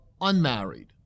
unmarried